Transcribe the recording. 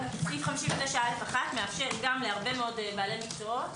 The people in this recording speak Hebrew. סעיף 59א1 מאפשר להרבה מאוד בעלי מקצועות